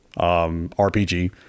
RPG